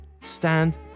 stand